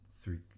three